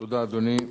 תודה, אדוני.